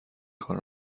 کار